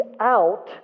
out